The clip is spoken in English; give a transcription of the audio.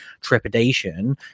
trepidation